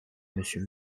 monsieur